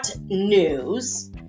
news